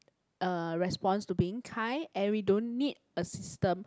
uh response to being kind and we don't need a system